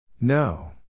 No